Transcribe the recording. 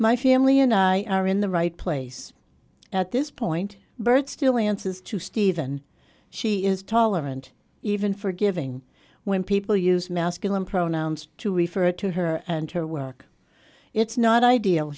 my family and i are in the right place at this point bert still answers to stephen she is tolerant even forgiving when people use masculine pronouns to refer to her and her work it's not ideal